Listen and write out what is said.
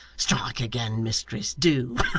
strike again, mistress. do.